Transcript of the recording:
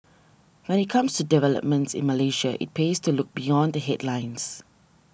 when it comes to developments in Malaysia it pays to look beyond the headlines